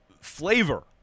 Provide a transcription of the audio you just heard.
flavor